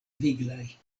viglaj